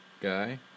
guy